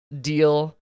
deal